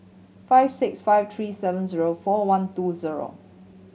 five six five three seven zero four one two zero